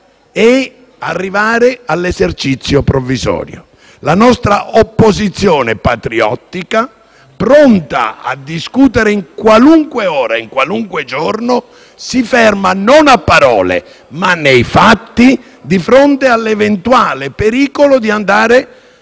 è arrivare all'esercizio provvisorio. La nostra opposizione patriottica, pronta a discutere in qualunque ora e in qualunque giorno, si ferma, non a parole ma nei fatti, di fronte all'eventuale pericolo di andare